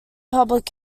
public